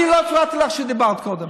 אני לא הפרעתי לך כשדיברת קודם.